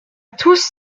tous